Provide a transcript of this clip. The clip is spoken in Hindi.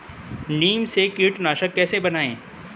नीम से कीटनाशक कैसे बनाएं?